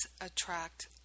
attract